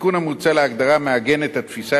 התיקון המוצע להגדרה מעגן את התפיסה